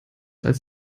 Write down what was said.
als